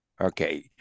Okay